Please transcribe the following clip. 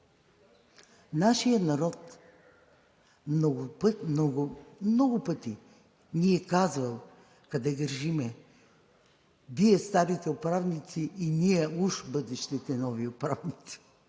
Нашият народ много пъти ни е казвал къде грешим – Вие, старите управници, и ние, уж бъдещите нови управници,